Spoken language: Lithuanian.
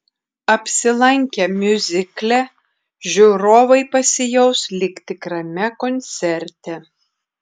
apsilankę miuzikle žiūrovai pasijaus lyg tikrame koncerte